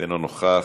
אינו נוכח.